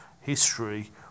history